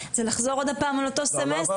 זה לחזור עוד פעם על אותו סמסטר.